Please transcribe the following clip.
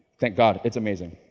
thank god, it's amazing.